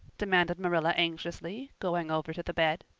demanded marilla anxiously, going over to the bed.